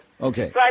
Okay